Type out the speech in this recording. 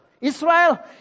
Israel